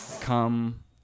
come